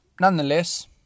nonetheless